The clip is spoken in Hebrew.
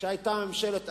כשהיתה ממשלת אחדות,